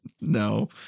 No